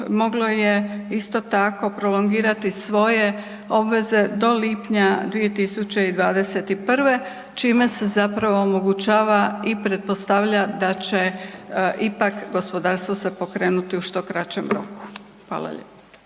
moglo je isti tako, prolongirati svoje obveze do lipnja 2021. čime se zapravo omogućava i pretpostavlja da će ipak gospodarstvo se pokrenuti u što kraćem roku. Hvala lijepo.